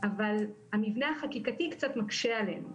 אבל המבנה החקיקתי קצת מקשה עלינו.